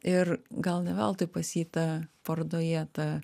ir gal ne veltui pas jį ta parodoje ta